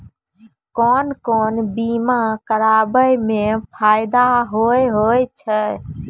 कोन कोन बीमा कराबै मे फायदा होय होय छै?